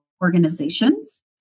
organizations